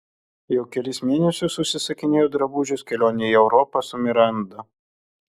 jau kelis mėnesius užsisakinėju drabužius kelionei į europą su miranda